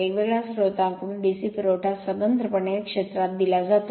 वेगवेगळ्या स्त्रोतांकडून DC पुरवठा स्वतंत्रपणे क्षेत्रात दिला जातो